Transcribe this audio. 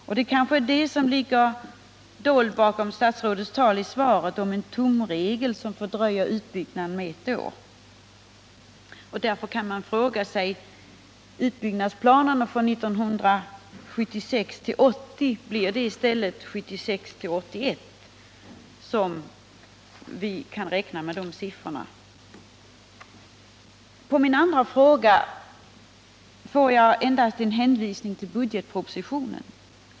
Det är kanske det som ligger dolt bakom statsrådets tal i svaret om en ”tumregel”, som fördröjer utbyggnaden med ett år. Därför kan man fråga sig om utbyggnadsplanerna för 1976-1980 i stället kommer att gälla för tiden 1976-1981. Som svar på min andra fråga får jag endast en hänvisning till budgetpropositionen.